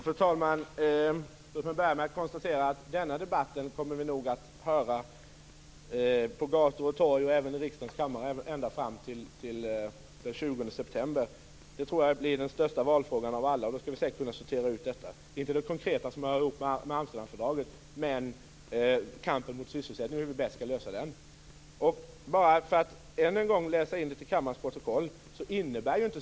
Fru talman! Låt mig börja med att konstatera att vi nog kommer att höra denna debatt på gator och torg och även i riksdagens kammare ända fram till den 20 september. Det tror jag blir den största valfrågan av alla. Då skall vi säkert kunna sortera ut detta - inte det konkreta som hör ihop med Amsterdamfördraget utan kampen mot arbetslösheten och hur vi bäst skall lösa det problemet. Jag vill upprepa en sak för att det skall komma in kammarens protokoll.